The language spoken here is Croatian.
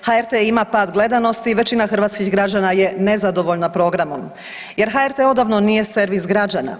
HRT ima pad gledanosti i većina hrvatskih građana je nezadovoljna programom jer HRT odavno nije servis građana.